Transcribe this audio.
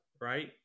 right